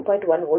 1 V